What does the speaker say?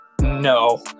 No